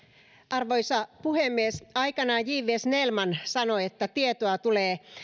arvoisa puhemies aikanaan j viiden snellman sanoi että tietoa tulee